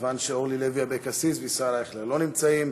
מכיוון שאורלי לוי אבקסיס וישראל אייכלר לא נמצאים,